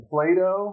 Plato